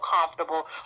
comfortable